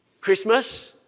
Christmas